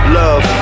love